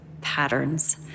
patterns